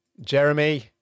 Jeremy